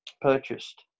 purchased